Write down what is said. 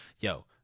yo